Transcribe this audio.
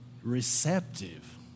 receptive